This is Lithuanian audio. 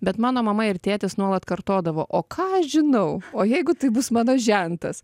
bet mano mama ir tėtis nuolat kartodavo o ką aš žinau o jeigu tai bus mano žentas